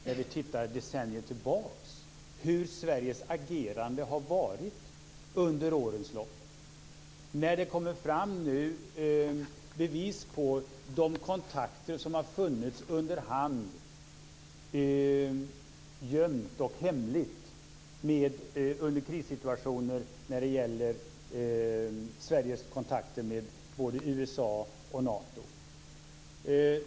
När vi tittar tillbaka på Sveriges agerande under årens lopp ser vi hur det nu kommer fram vilka kontakter som i krissituationer har funnits under hand, gömt och hemligt, med både USA och Nato.